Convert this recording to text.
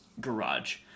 garage